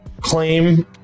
claim